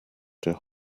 der